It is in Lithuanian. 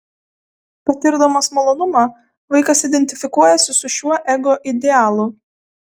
patirdamas malonumą vaikas identifikuojasi su šiuo ego idealu